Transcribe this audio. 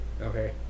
Okay